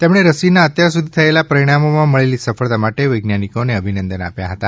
તેમણે રસીના અત્યાર સુધી થયેલા પરિણામોમાં મળેલી સફળતા માટે વૈજ્ઞાનિકોને અભિનંદન આપ્યા હતા